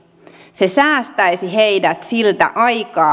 se säästäisi heidät siltä aikaa